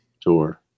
tour